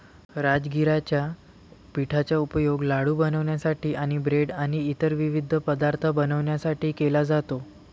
राजगिराच्या पिठाचा उपयोग लाडू बनवण्यासाठी आणि ब्रेड आणि इतर विविध पदार्थ बनवण्यासाठी केला जातो